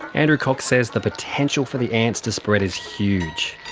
andrew cox says the potential for the ants to spread is huge.